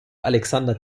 alexander